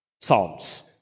psalms